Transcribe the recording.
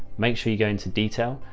make sure you go into detail.